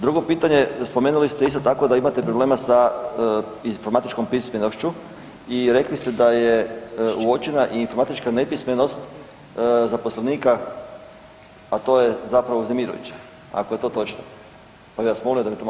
Drugo pitanje, spomenuli ste isto tako da imate problema sa informatičkom pismenošću i rekli ste da je uočena i informatička nepismenost zaposlenika, a to je zapravo uznemirujuće ako je to točno, pa bih molio da mi to malo pojasnite.